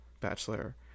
Bachelor